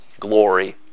glory